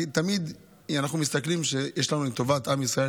כי אנחנו תמיד מסתכלים על טובת עם ישראל,